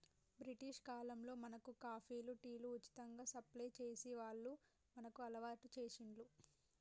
British కాలంలో మనకు కాఫీలు, టీలు ఉచితంగా సప్లై చేసి వాళ్లు మనకు అలవాటు చేశిండ్లు